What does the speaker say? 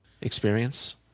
experience